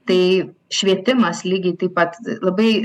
tai švietimas lygiai taip pat labai